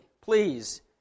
please